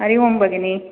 हरि ओम् भगिनी